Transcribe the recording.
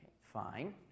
fine